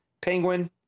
Penguin